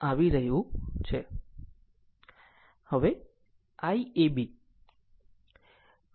હવે IabY ab Vfg